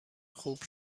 خوب